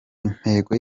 intego